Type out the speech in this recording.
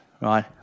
right